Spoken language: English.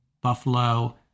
Buffalo